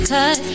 Cause